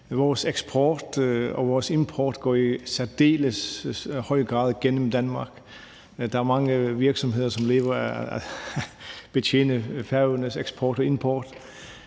Vores eksport og vores import går i særdeles høj grad gennem Danmark. Der er mange virksomheder, som lever af at betjene Færøernes eksport og import.